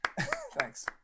Thanks